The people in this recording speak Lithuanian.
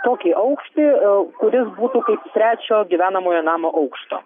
tokį aukštį a kuris būtų kaip trečio gyvenamojo namo aukšto